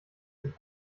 sich